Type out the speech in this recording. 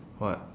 what